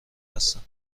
هستند